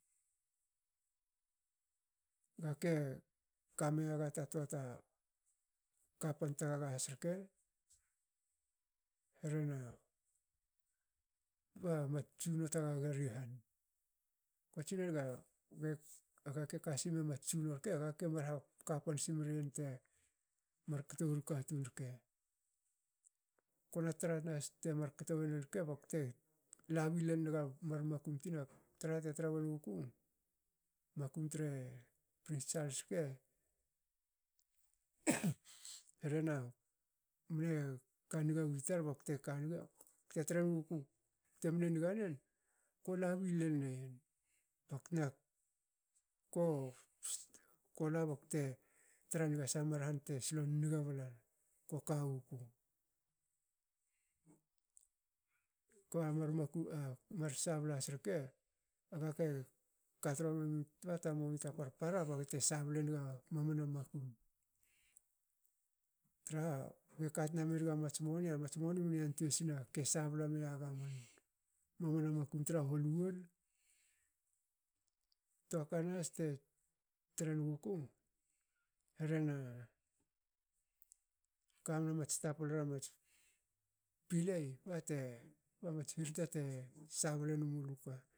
gake kamiaga ta toa ta kapan tgaga has rke rhena ba mats tsunno tgaga ri han. Kue tsinenaga aga ke kasimi amats tsunno rke agake mar hakapan simriyin temar kto woru katun rke, kona tra nahas temar kto woren rke bakte labi lol naga mar makum tina traha te tra wonguku, makum tre prince charles rke rhena mne ka nigawi tar bakte kanigi te tre nuguku temne niga nin. ko labi lo negen baktna. ko kola bakte trenga sah mar han te slon niga balana ko kawuku ka mar makum mar sabla has rke agake katnami bata moni ta parpara baga te sable naga mamana makum traha geka tna menaga mats moni amats moni mne yantuei sne ke sabla miaga man mamana makum tra hol wol. tuaka nahas te tre nguku hrena kamna mats tapalra mats pilei ba mats hirta te sablen mulu tina